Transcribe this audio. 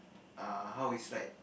uh how it's like